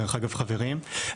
חברים,